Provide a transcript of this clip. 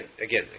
again